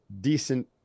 decent